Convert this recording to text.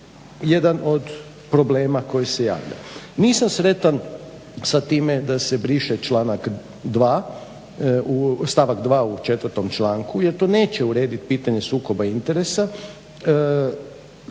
jedan od problema koji se javlja. Nisam sretan sa time da se briše članak 2., stavak 2. u četvrtom članku jer to neće urediti pitanje sukoba interesa